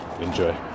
enjoy